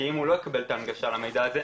כי אם הוא לא יקבל את ההנגשה למידע הזה,